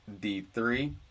d3